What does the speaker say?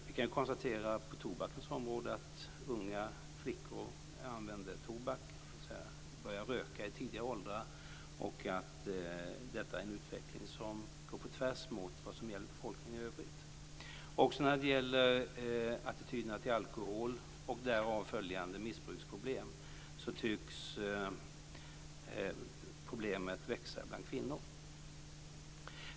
Vi kan på tobakens område konstatera att unga flickor börjar röka i tidig ålder och att detta är en utveckling som går på tvärs mot vad som gäller för befolkningen i övrigt. Också när det gäller attityderna till alkohol och därav följande missbruksproblem tycks problemet växa bland kvinnor.